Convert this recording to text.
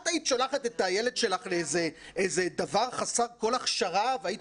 את היית שולחת את הילד שלך לאיזה דבר חסר כל הכשרה והיית